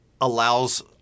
allows